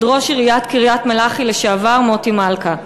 ראש עיריית קריית-מלאכי לשעבר מוטי מלכה.